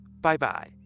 bye-bye